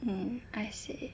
mm I see